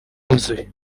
huzuye